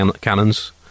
cannons